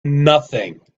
nothing